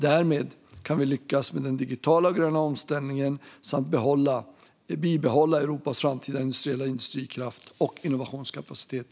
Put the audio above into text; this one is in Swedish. Därmed kan vi lyckas med den digitala och gröna omställningen samt bibehålla Europas framtida industriella konkurrenskraft och innovationskapacitet.